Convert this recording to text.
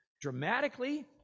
dramatically